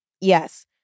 Yes